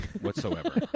whatsoever